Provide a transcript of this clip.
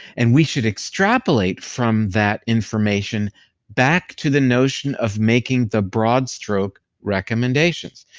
and we should extrapolate from that information back to the notion of making the broad stroke recommendations.